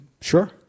Sure